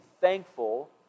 thankful